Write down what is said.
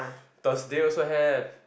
Thursday also have